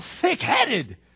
thick-headed